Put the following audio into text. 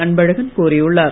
அன்பழகன் கோரியுள்ளார்